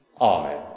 Amen